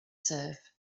serve